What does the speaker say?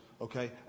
okay